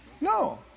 No